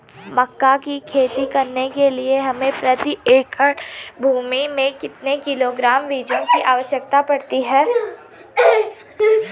मक्का की खेती करने के लिए हमें प्रति एकड़ भूमि में कितने किलोग्राम बीजों की आवश्यकता पड़ती है?